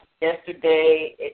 yesterday